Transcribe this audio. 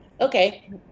okay